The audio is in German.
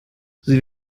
sie